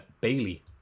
Bailey